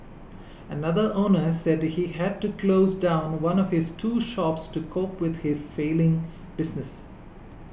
another owner said he had to close down one of his two shops to cope with his failing business